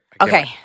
okay